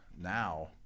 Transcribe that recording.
now